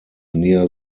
near